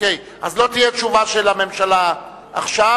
אז לא תהיה תשובה של הממשלה עכשיו,